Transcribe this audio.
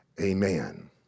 Amen